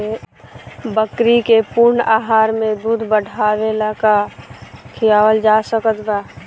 बकरी के पूर्ण आहार में दूध बढ़ावेला का खिआवल जा सकत बा?